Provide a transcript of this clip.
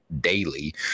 daily